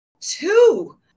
Two